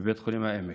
בבית חולים העמק.